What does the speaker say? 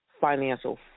financial